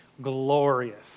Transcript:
Glorious